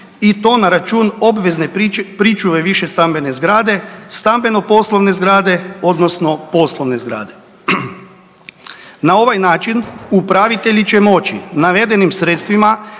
i to na račun obvezne pričuve višestambene zgrade, stambeno-poslovne zgrade odnosno poslovne zgrade. Na ovaj način upravitelji će moći navedenim sredstvima